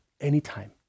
anytime